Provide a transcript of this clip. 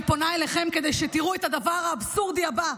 אני פונה אליכם כדי שתראו את הדבר האבסורדי הבא.